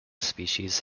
species